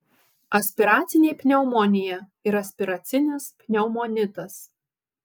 aspiracinė pneumonija ir aspiracinis pneumonitas